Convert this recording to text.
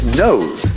knows